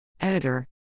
Editor